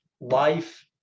Life